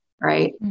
right